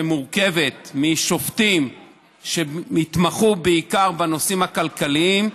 שמורכבת משופטים שהתמחו בעיקר בנושאים הכלכליים,